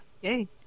Yay